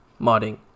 modding